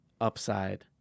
upside